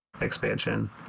expansion